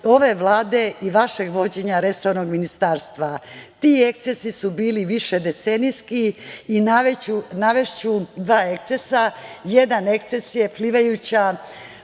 ove Vlade i vašeg vođenja resornog ministarstva, ti ekcesi su bili više decenijski i navešću dva ekcesa. Jedan ekces je plivajuća